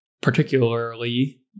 particularly